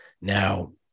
Now